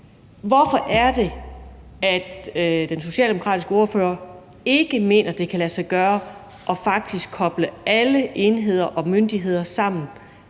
Hvorfor er det, at den socialdemokratiske ordfører ikke mener, det kan lade sig gøre faktisk at koble alle enheder og myndigheder sammen